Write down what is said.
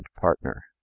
partner